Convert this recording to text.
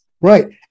Right